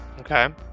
Okay